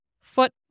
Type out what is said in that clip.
foot